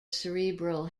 cerebral